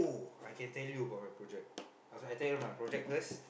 I can tell you about my project else I tell you my project first